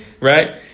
right